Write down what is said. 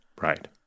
Right